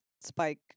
Spike